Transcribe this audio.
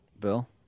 Bill